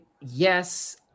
yes